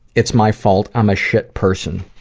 it's my fault, i'm a shit person,